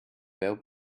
veu